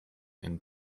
and